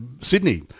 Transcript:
Sydney